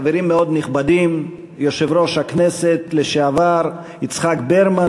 חברים מאוד נכבדים: יושב-ראש הכנסת לשעבר יצחק ברמן,